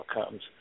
outcomes